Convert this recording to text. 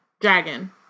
dragon